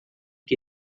que